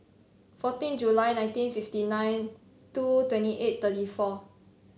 fourteen July nineteen fifty nine two twenty eight thirty four